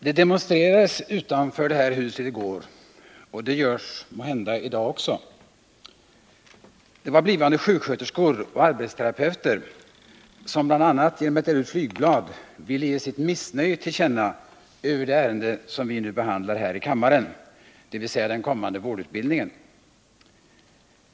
Herr talman! Det demonstrerades utanför det här huset i går, och det demonstreras måhända i dag också. Det var blivande sjuksköterskor och arbetsterapeuter, som bl.a. genom att dela ut flygblad ville ge sitt missnöje till känna över det ärende vi nu behandlar här i kammaren, dvs. den kommande vårdutbildningen.